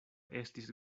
estis